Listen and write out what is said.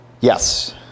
Yes